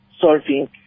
solving